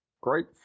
Great